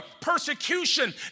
persecution